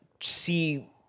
see